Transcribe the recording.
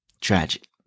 tragic